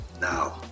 now